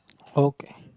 okay